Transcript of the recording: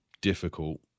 difficult